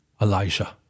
Elijah